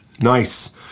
Nice